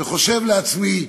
חושב לעצמי,